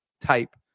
type